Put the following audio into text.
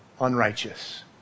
unrighteous